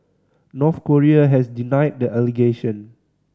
North Korea has denied the allegation